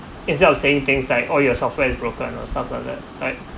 instead of saying things like oh your software is broken or stuff like that right